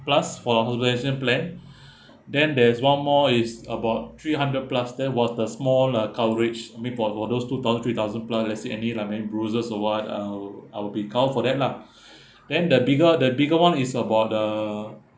plus for all duration plan then there's one more is about three hundred plus that was the smaller coverage made for for those two thousand three thousand plan let's say any lah I mean bruises or what I'll I will be all for that lah then the bigger o~ the bigger [one] is about uh